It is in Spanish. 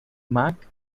mac